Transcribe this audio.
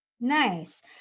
Nice